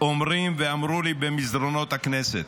אומרים ואמרו לי במסדרונות הכנסת: